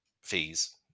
fees